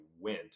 went